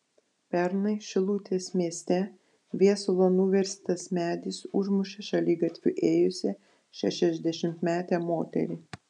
pernai šilutės mieste viesulo nuverstas medis užmušė šaligatviu ėjusią šešiasdešimtmetę moterį